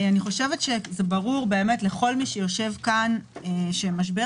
אני חושבת שברור לכל מי שיושב כאן שמשבר